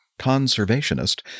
conservationist